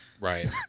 Right